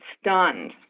stunned